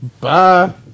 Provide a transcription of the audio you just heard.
Bye